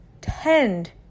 tend